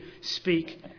speak